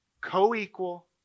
Co-equal